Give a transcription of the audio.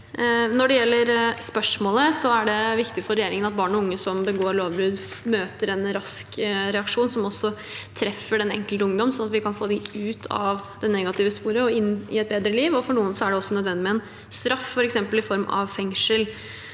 Når det gjelder spørsmålet, er det viktig for regjeringen at barn og unge som begår lovbrudd, møter en rask reaksjon som treffer den enkelte ungdom, sånn at vi kan få dem ut av det negative sporet og inn i et bedre liv. For noen er det også nødvendig med en straff, f.eks. i form av fengsel.